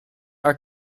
are